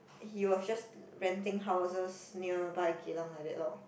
he was just renting houses nearby Geylang like that lor